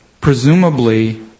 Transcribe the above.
presumably